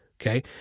Okay